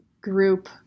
group